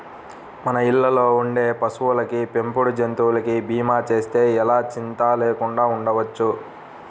మన ఇళ్ళల్లో ఉండే పశువులకి, పెంపుడు జంతువులకి భీమా చేస్తే ఎలా చింతా లేకుండా ఉండొచ్చు